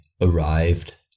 arrived